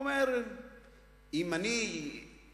אדוני שר האוצר, אני